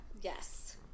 Yes